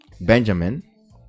benjamin